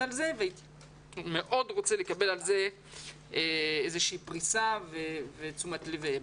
על זה ואני מאוד רוצה לקבל על זה איזושהי פריסה ותשומת לב בעניין.